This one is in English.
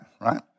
right